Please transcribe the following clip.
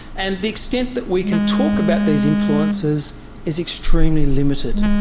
and the extent that we can talk about these influences is extremely limited.